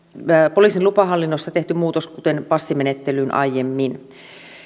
poliisin lupahallinnossa tehty muutos kuin muutos passimenettelyyn aiemmin